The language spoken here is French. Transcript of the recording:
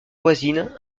voisine